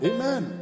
Amen